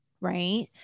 right